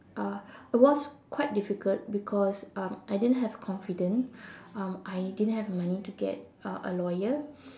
uh it was quite difficult because um I didn't have confidence um I didn't have money to get uh a lawyer